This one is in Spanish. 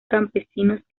campesinos